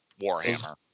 Warhammer